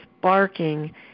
barking